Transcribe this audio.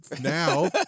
now